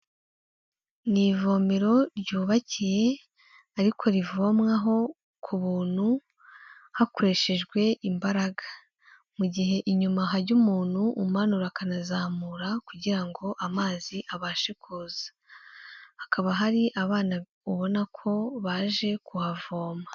Ni ivomero ryubakiye ariko rivomwaho ku buntu hakoreshejwe imbaraga, mu gihe inyuma hajya umuntu umanura akanazamura kugira ngo amazi abashe kuza, hakaba hari abana ubona ko baje kuhavoma.